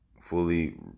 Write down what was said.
fully